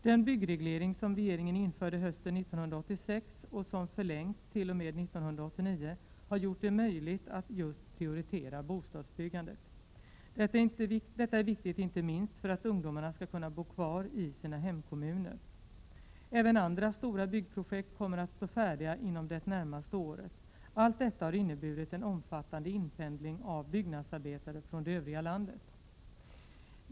Den byggreglering som regeringen införde hösten 1986 och som förlängts t.o.m. 1989 har gjort det möjligt att just prioritera bostadsbyggandet. Detta är viktigt inte minst för att ungdomarna skall kunna bo kvar i sina hemkommuner. Även andra stora byggprojekt kommer att stå färdiga inom det närmaste året. Allt detta har inneburit en omfattande inpendling av byggnadsarbetare från det övriga landet.